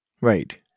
Right